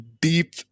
deep